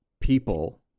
people